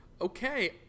Okay